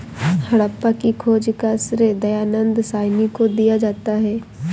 हड़प्पा की खोज का श्रेय दयानन्द साहनी को दिया जाता है